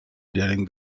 during